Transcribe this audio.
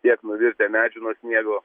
tiek nuvirtę medžių nuo sniego